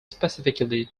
specifically